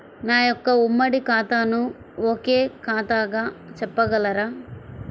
నా యొక్క ఉమ్మడి ఖాతాను ఒకే ఖాతాగా చేయగలరా?